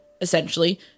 essentially